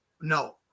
No